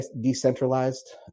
decentralized